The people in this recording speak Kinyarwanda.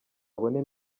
abone